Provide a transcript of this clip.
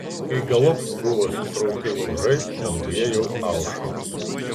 kai galop buvo sukrauti laužai danguje jau aušo